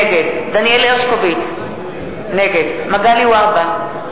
נגד דניאל הרשקוביץ, נגד מגלי והבה,